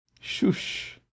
Shush